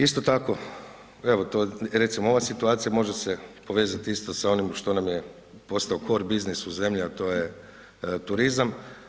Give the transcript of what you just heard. Isto tako, evo to, recimo ova situacija može se povezati isto sa onim što nam je postao core business u zemlji, a to je turizam.